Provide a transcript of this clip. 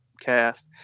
Cast